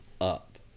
up